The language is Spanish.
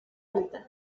alta